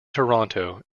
toronto